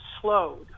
slowed